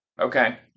Okay